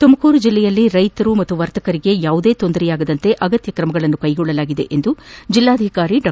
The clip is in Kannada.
ತುಮಕೂರು ಜಿಲ್ಲೆಯಲ್ಲಿ ರೈತರು ಮತ್ತು ವರ್ತಕರಿಗೆ ಯಾವುದೇ ತೊಂದರೆಯಾಗದಂತೆ ಅಗತ್ನ ಕ್ರಮ ಕೈಗೊಳ್ಳಲಾಗಿದೆ ಎಂದು ಜಿಲ್ವಾಧಿಕಾರಿ ಡಾ